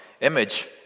image